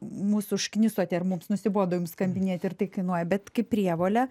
mus užknisote ir mums nusibodo jums skambinėti ir tai kainuoja bet kaip prievolę